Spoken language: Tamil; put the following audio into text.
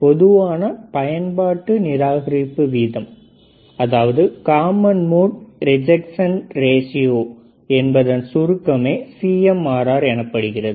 பொதுவான பயன்பாட்டு நிராகரிப்பு வீதம்என்பதின் சுருக்கமே CMRR எனப்படுகிறது